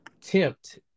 tempt